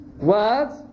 Words